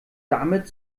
damit